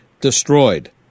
destroyed